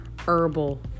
herbal